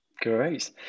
Great